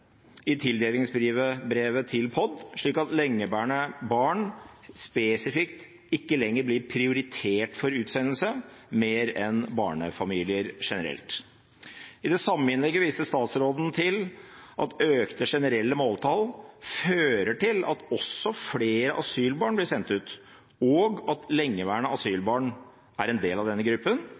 i tildelingsbrevet til POD, slik at lengeværende barn spesifikt ikke lenger blir prioritert for utsendelse mer enn barnefamilier generelt. I det samme innlegget viser statsråden til at økte generelle måltall fører til at også flere asylbarn blir sendt ut, og at lengeværende asylbarn er en del av denne